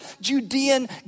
Judean